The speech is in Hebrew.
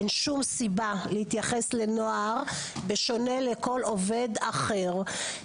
אין שום סיבה להתייחס לנוער בשונה מכל עובד אחר.